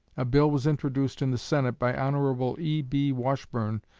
a bill was introduced in the senate by hon. e b. washburne,